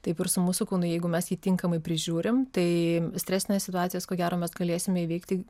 taip ir su mūsų kūnu jeigu mes jį tinkamai prižiūrim tai stresines situacijas ko gero mes galėsime įveikti